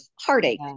heartache